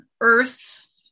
Earths